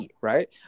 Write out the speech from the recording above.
right